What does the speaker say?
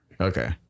Okay